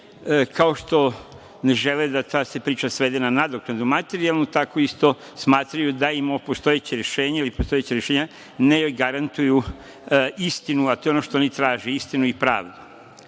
kao što ne žele da se ta priča svede na nadoknadu materijalnu, tako isto smatraju da im ovo postojeće rešenje ili postojeća rešenja ne garantuju istinu, a to je ono što oni traže, istinu i pravdu. Ako